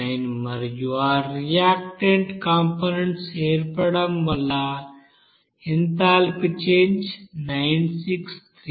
9 మరియు ఆ reactant components ఏర్పడటం వలన ఎంథాల్పీ చేంజ్ 9639